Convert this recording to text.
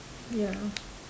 ya